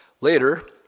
Later